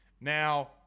Now